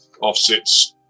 offsets